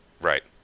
Right